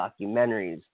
documentaries